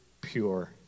pure